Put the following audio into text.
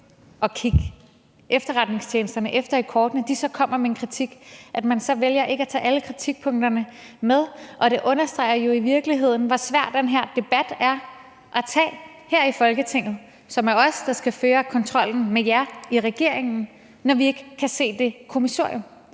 at kigge efterretningstjenesterne i kortene, så vælger man ikke at tage alle kritikpunkterne med. Og det understreger jo i virkeligheden, hvor svær den her debat er at tage her i Folketinget, som er os, der skal føre kontrollen med jer i regeringen, altså når vi ikke kan se det kommissorium.